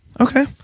Okay